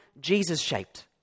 Jesus-shaped